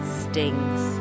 stings